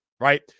right